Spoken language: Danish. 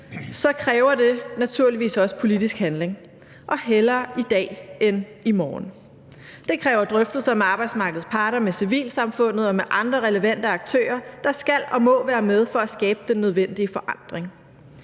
det kræver naturligvis også politisk handling, og hellere i dag end i morgen. Det kræver drøftelser med arbejdsmarkedets parter, med civilsamfundet og med andre relevante aktører, der må og skal være med for at skabe den nødvendige forandring.